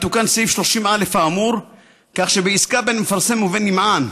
יתוקן סעיף 30א האמור כך שבעסקה בין מפרסם ובין נמען